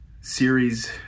series